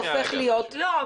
לא,